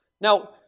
Now